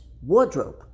wardrobe